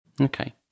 Okay